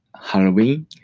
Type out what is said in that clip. Halloween